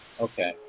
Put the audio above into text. okay